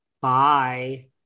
Bye